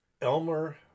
Elmer